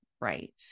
right